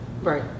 Right